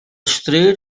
stryd